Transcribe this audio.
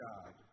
God